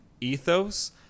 ethos